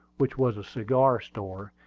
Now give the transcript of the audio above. which was a cigar store,